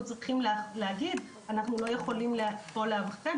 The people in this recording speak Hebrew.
צריכים להגיד שאנחנו לא יכולים לאבחן,